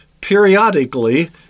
periodically